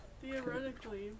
Theoretically